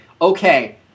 okay